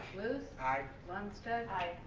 luce. aye lundstedt. aye.